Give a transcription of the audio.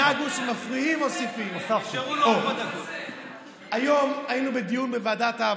הטרור לא מבחין בין חייל חרדי ללא